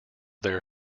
their